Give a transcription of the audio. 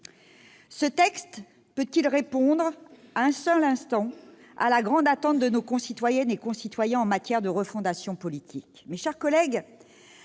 de loi peut-elle répondre un seul instant à la grande attente de nos concitoyennes et concitoyens en matière de refondation politique ?